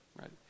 right